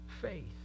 faith